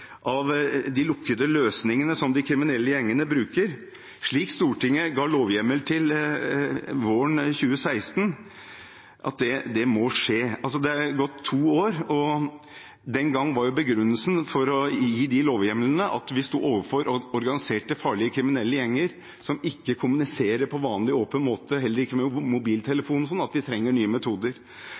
av de lukkede løsningene som de kriminelle gjengene bruker, slik Stortinget ga lovhjemmel til våren 2016, må skje. Det er gått to år. Den gangen var begrunnelsen for å gi lovhjemlene at vi sto overfor organiserte, farlige kriminelle gjenger som ikke kommuniserer på vanlig åpen måte, heller ikke med mobiltelefon, så vi trengte nye metoder.